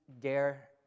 dare